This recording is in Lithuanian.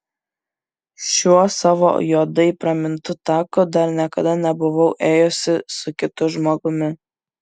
šiuo savo juodai pramintu taku dar niekada nebuvau ėjusi su kitu žmogumi